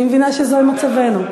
אני מבינה שזה מצבנו.